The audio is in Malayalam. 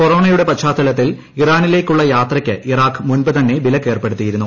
കൊറോണയുടെ പശ്ചാത്തലത്തിൽ ഇറാനിലേക്കുള്ള യാത്രയ്ക്ക് ഇറാഖ് മുൻപുതന്നെ വിലക്കേർപ്പെടുത്തിയിരുന്നു